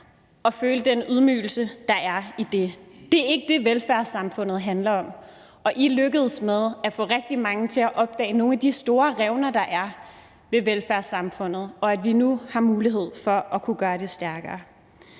og føle den ydmygelse, der er i det. Det er ikke det, velfærdssamfundet handler om. Og I lykkedes med at få rigtig mange til at opdage nogle af de store revner, der er ved velfærdssamfundet. Og nu har vi mulighed for at kunne gøre det stærkere.